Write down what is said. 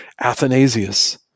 Athanasius